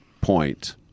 point